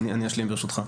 אני אשלים, ברשותך.